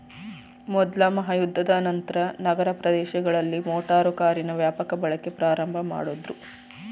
ಮೊದ್ಲ ಮಹಾಯುದ್ಧದ ನಂತ್ರ ನಗರ ಪ್ರದೇಶಗಳಲ್ಲಿ ಮೋಟಾರು ಕಾರಿನ ವ್ಯಾಪಕ ಬಳಕೆ ಪ್ರಾರಂಭಮಾಡುದ್ರು